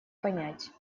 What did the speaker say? понять